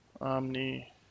Omni